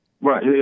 Right